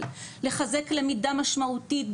לחזק למידה משמעותית,